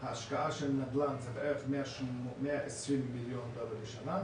מאות עמותות שעמדו על סף קריסה קיבלו מאיתנו תמיכה.